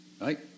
right